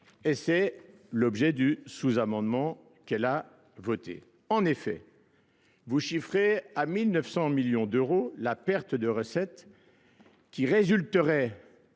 et c'est l'objet du sous-amendement qu'elle a voté. En effet, vous chiffrez à 1 900 millions d'euros la perte de recette qui résulterait